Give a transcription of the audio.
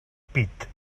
pit